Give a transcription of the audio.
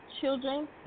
children